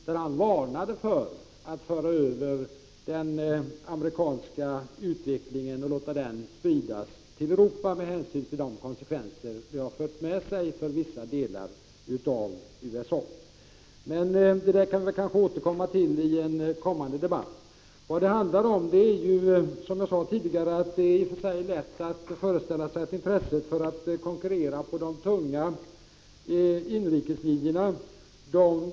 Med hänvisning till de konsekvenser som uppstått för vissa delar av USA varnade han för att föra över den amerikanska utvecklingen och låta den sprida sig till Europa. Denna fråga kan vi kanske återkomma till i en senare debatt. Det är ju, som jag sade tidigare, inte svårt att föreställa sig att det finns intresse för att konkurrera på de tunga inrikeslinjerna.